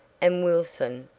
and wilson,